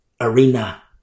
arena